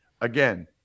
Again